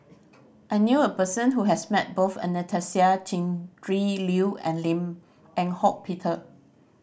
I knew a person who has met both Anastasia Tjendri Liew and Lim Eng Hock Peter